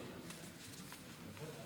חברי